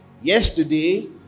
yesterday